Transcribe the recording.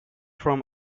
from